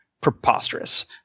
preposterous